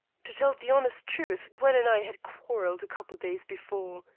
to tell the honest truth, gwen and i had quarrelled a couple of days before.